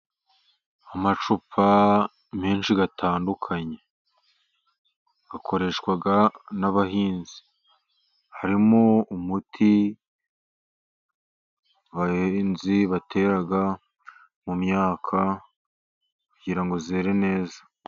Amacupa menshi atandukanye akoreshwa n'abahinzi. Harimo umuti abahinzi batera mu myaka, kugira ngo Yere neza.